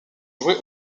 joués